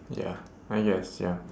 ya I guess ya